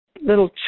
little